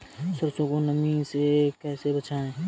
सरसो को नमी से कैसे बचाएं?